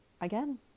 again